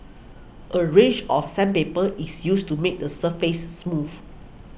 a range of sandpaper is used to make the surface smooth